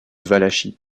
valachie